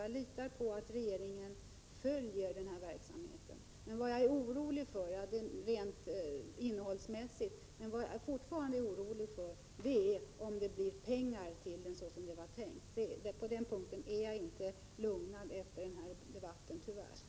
Jag litar på att regeringen följer verksamheten. Rent innehållsmässigt oroar jag mig dock fortfarande för om det blir några pengar i detta sammanhang såsom var tänkt. På den punkten är jag alltså, tyvärr, inte lugnad efter den här debatten.